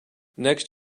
next